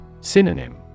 Synonym